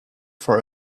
for